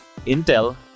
Intel